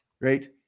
right